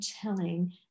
telling